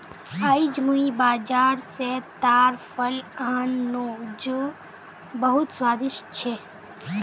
आईज मुई बाजार स ताड़ फल आन नु जो बहुत स्वादिष्ट छ